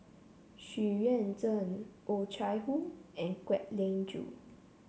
Xu Yuan Zhen Oh Chai Hoo and Kwek Ling Joo